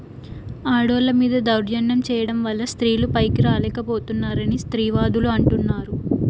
ఆడోళ్ళ మీద దౌర్జన్యం చేయడం వల్ల స్త్రీలు పైకి రాలేక పోతున్నారని స్త్రీవాదులు అంటుంటారు